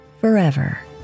forever